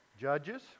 Judges